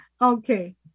okay